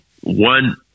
one